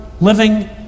living